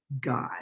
God